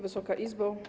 Wysoka Izbo!